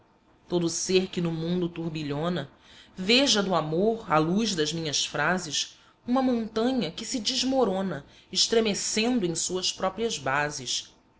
o ser que no mundo turbilhona veja do amor à luz das minhas frases uma montanha que se desmorona estremecendo em suas próprias bases